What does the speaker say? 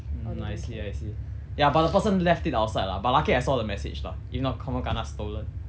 mm I see I see ya but the person left it outside lah but lucky I saw the message lah if not confirm kena stolen